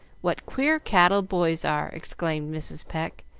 what queer cattle boys are! exclaimed mrs. pecq,